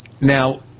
Now